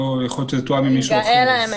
יכול להיות שזה תואם עם מישהו --- עם גאל.